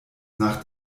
nach